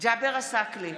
ג'אבר עסאקלה,